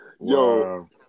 Yo